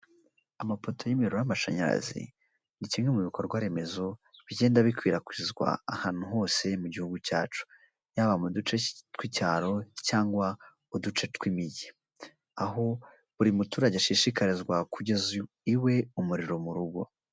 Amapoto y'imiriro y'amashanyarazi ni kimwe mu bikorwa remezo bigenda bikwirakwizwa ahantu hose mu gihugu cyacu, yababa mu duce tw'icyaro cyangwa uduce tw'imijyi, aho buri muturage ashishikarizwa kugeza iwe, umuriro mu rugo.